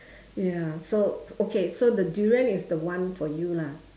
ya so okay so the durian is the one for you lah